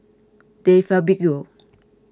De Fabio